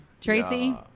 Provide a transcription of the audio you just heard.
Tracy